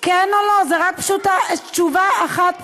זו רק תשובה אחת פשוטה.